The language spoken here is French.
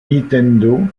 nintendo